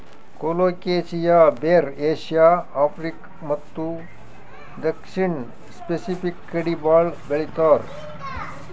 colocasia ಬೇರ್ Asia, Africa ಮತ್ತ್ ದಕ್ಷಿಣ್ ಸ್ಪೆಸಿಫಿಕ್ ಕಡಿ ಭಾಳ್ ಬೆಳಿತಾರ್